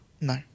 No